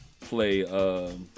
play